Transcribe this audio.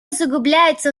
усугубляется